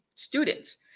Students